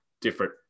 different